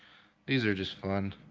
these are just fun,